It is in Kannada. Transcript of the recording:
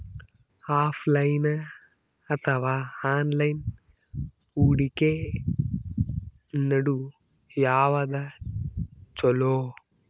ಆಫಲೈನ ಅಥವಾ ಆನ್ಲೈನ್ ಹೂಡಿಕೆ ನಡು ಯವಾದ ಛೊಲೊ?